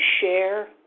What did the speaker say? share